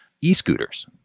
e-scooters